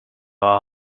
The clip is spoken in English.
are